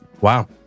Wow